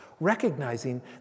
recognizing